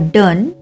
done